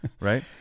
right